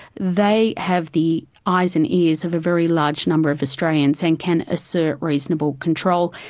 they have the eyes and ears of a very large number of australians and can assert reasonable control.